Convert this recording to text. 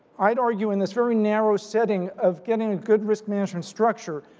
i'd argue in this very narrow setting of getting a good risk management structure,